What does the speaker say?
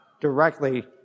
directly